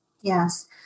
Yes